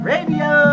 Radio